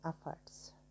efforts